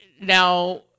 Now